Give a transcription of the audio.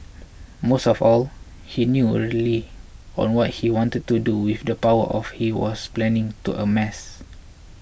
most of all he knew early on what he wanted to do with the power of he was planning to amass